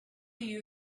you